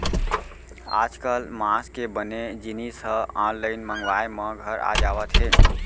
आजकाल मांस के बने जिनिस ह आनलाइन मंगवाए म घर आ जावत हे